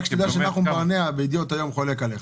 רק שתדע שנחום ברנע ב"ידיעות" היום חולק עליך.